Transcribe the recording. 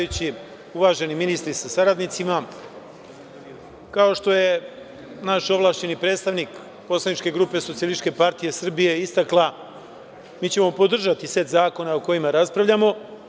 Uvaženi ministri sa saradnicima, kao što je naš ovlašćeni predstavnik poslaničke grupe SPS istakla, mi ćemo podržati set zakona o kojima raspravljamo.